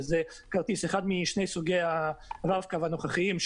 שזה כרטיס אחד משני סוגי הרב-קו הנוכחיים,